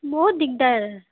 বহুত দিগদাৰ